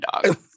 dog